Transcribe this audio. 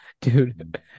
Dude